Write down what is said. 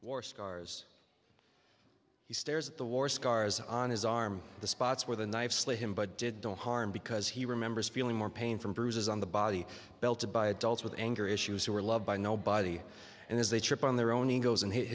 or scars he stares at the war scars on his arm the spots where the knife slay him but did don't harm because he remembers feeling more pain from bruises on the body belted by adults with anger issues who are loved by nobody and as they trip on their own egos and hit